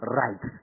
right